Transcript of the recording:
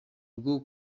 rwo